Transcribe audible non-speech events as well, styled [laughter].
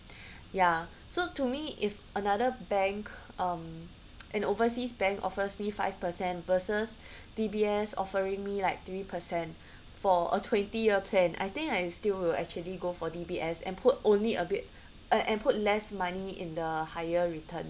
ya so to me if another bank um [noise] an overseas bank offers me five percent versus D_B_S offering me like three percent for a twenty year plan I think I still will actually go for D_B_S and put only a bit a~ and put less money in the higher return